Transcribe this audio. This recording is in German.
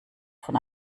von